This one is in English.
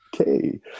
Okay